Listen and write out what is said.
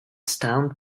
stand